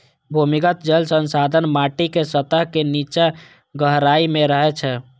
भूमिगत जल संसाधन माटिक सतह के निच्चा गहराइ मे रहै छै